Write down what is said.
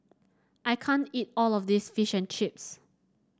I can't eat all of this Fish and Chips